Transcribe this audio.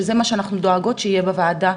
וזה מה שאנחנו דואגות שיהיה בוועדה,